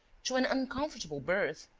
to an uncomfortable berth.